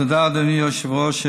תודה, אדוני היושב-ראש.